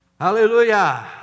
Hallelujah